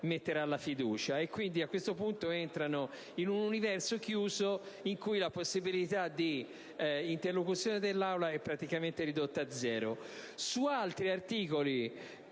metterà la fiducia, in tal modo entrano in un universo chiuso in cui la possibilità di interlocuzione dell'Assemblea è praticamente ridotta a zero. Per altri articoli,